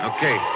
Okay